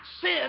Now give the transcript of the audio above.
sin